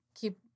keep